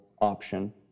option